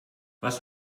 was